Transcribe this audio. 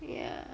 ya